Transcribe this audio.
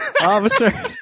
officer